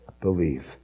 believe